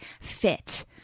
fit